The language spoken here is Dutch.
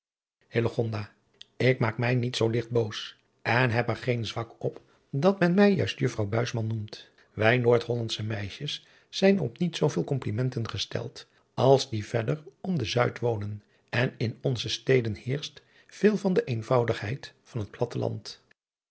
ik maak mij niet zoo ligt boos en heb er geen zwak op dat men mij juist juffrouw buisman noemt wij noordhol hollandsche meisjes zijn op niet zooveel komplimenten gesteld als die verder om den zuid wonen en in onze steden heerscht veel van de eenvoudigheid van het